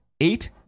eight